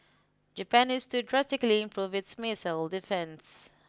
Japan needs to drastically improve its missile defence